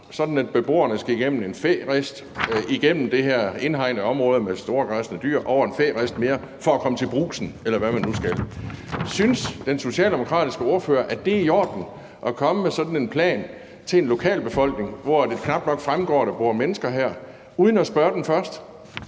sådan at beboerne skal igennem en færist, igennem det her indhegnede område med store græssende dyr over en færist mere for at komme til Brugsen, eller hvad man nu skal. Synes den socialdemokratiske ordfører, at det er i orden at komme med sådan en plan til en lokalbefolkning, hvoraf det knap nok fremgår, at der bor mennesker her – uden at spørge dem først?